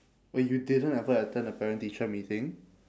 oh you didn't ever attend a parent teacher meeting